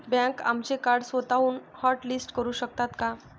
बँका आमचे कार्ड स्वतःहून हॉटलिस्ट करू शकतात का?